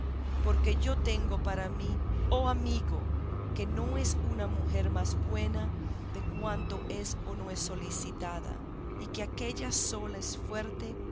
porque yo tengo para mí oh amigo que no es una mujer más buena de cuanto es o no es solicitada y que aquella sola es fuerte